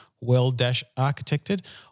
well-architected